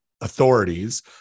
authorities